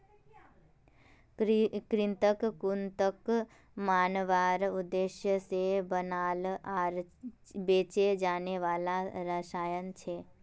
कृंतक कृन्तकक मारवार उद्देश्य से बनाल आर बेचे जाने वाला रसायन छे